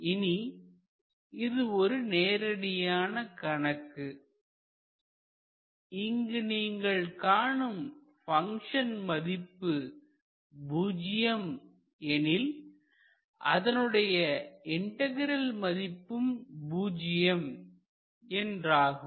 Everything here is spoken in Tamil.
இனி இது ஒரு நேரடியான கணக்கு இங்கு நீங்கள் காணும் பங்க்ஷன் மதிப்பு பூஜ்ஜியம் எனில் அதனுடைய இன்டகிரல் மதிப்பும் பூஜ்ஜியம் என்றாகும்